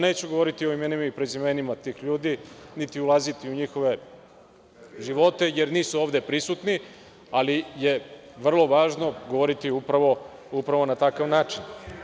Neću govoriti o imenima i prezimenima, niti ulaziti u njihove živote jer nisu ovde prisutni, ali je vrlo važno govoriti upravo na takav način.